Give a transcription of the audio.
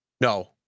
No